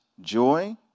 joy